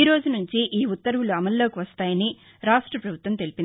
ఈరోజు నుంచి ఈ ఉత్తర్వులు అమల్లోకి వస్తాయని రాక్ష ప్రభుత్వం తెలిపింది